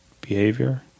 behavior